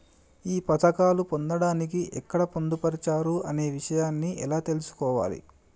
ఈ పథకాలు పొందడానికి ఎక్కడ పొందుపరిచారు అనే విషయాన్ని ఎలా తెలుసుకోవాలి?